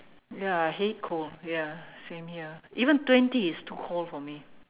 ya I hate cold ya same here even twenty is too cold for me